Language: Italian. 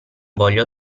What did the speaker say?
voglio